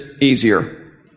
easier